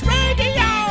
Radio